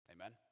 Amen